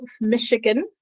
Michigan